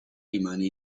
rimane